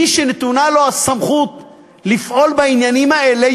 מי שנתונה לו הסמכות לפעול בעניינים האלה,